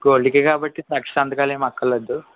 గోల్డ్కే కాబట్టి సాక్షి సంతకాలు ఏమి అక్కర లేదు